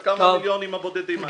את הכמה מיליוני שקלים הבודדים האלה.